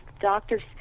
doctors